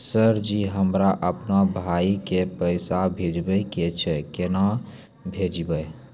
Sir ji हमरा अपनो भाई के पैसा भेजबे के छै, केना भेजबे?